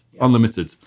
unlimited